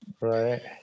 right